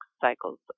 cycles